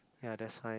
ya that's why